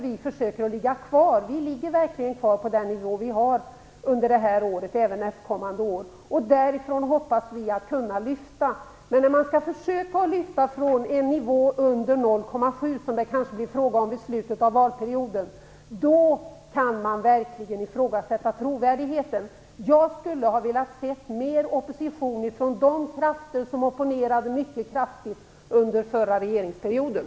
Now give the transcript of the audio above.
Vi ligger verkligen kvar på samma nivå under det här året och även nästkommande år. Därifrån hoppas vi kunna lyfta. Men när man skall försöka lyfta från en nivå under 0,7 %, som det kanske blir fråga om i slutet av valperioden, kan man verkligen ifrågasätta trovärdigheten. Jag skulle ha velat se mer opposition från dem som opponerade mycket kraftigt under den förra regeringsperioden.